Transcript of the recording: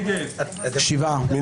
מי